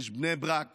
יש בני ברק